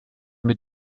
mit